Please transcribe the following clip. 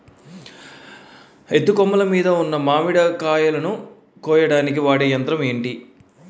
ఎత్తు కొమ్మలు మీద ఉన్న మామిడికాయలును కోయడానికి వాడే యంత్రం ఎంటి?